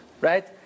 Right